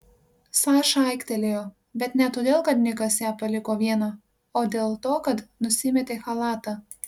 saša aiktelėjo bet ne todėl kad nikas ją paliko vieną o dėl to kad nusimetė chalatą